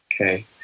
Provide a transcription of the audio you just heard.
Okay